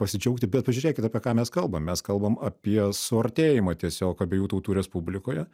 pasidžiaugti bet pažiūrėkit apie ką mes kalbam mes kalbam apie suartėjimą tiesiog abiejų tautų respublikoje